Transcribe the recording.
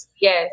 yes